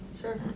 Sure